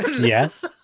Yes